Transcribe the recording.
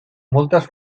moltes